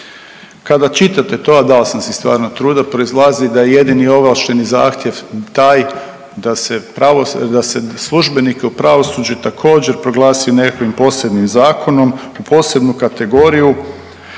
Kada čitate to, a dao sam si stvarno truda, proizlazi da je jedini ovlašteni zahtjev taj da se službenike u pravosuđu također proglasi nekakvim posebnim zakonom, u posebnu kategoriju